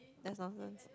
less nonsense